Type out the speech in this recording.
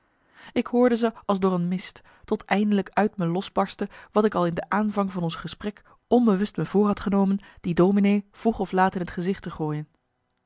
ik hoorde ze als door een mist tot eindelijk uit me losbarstte wat ik al in de aanvang van ons gesprek onbewust me voor had genomen die dominee vroeg of laat in het gezicht te gooien